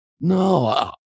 No